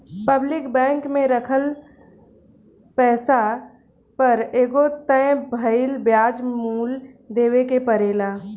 public bank में राखल पैसा पर एगो तय भइल ब्याज मूल्य देवे के परेला